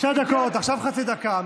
שתי דקות, עכשיו חצי דקה.